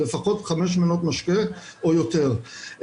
לפחות חמש מנות משקה או יותר.